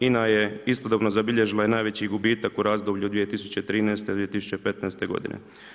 INA je istodobno zabilježila i najveći gubitak u razdoblju od 2013.-2015. godine.